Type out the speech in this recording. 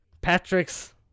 Patrick's